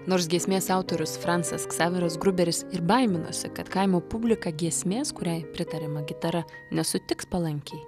nors giesmės autorius francas ksaveras gruberis ir baiminosi kad kaimo publika giesmės kuriai pritariama gitara nesutiks palankiai